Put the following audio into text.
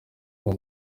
ngo